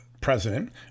president